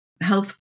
health